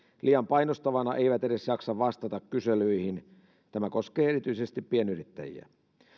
liian painostavana eivät edes jaksa vastata kyselyihin tämä koskee erityisesti pienyrittäjiä